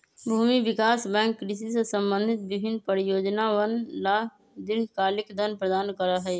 भूमि विकास बैंक कृषि से संबंधित विभिन्न परियोजनअवन ला दीर्घकालिक धन प्रदान करा हई